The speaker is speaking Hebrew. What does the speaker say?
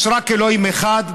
יש רק אלוהים אחד,